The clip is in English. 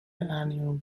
annual